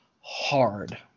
hard